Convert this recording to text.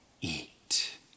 eat